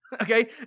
Okay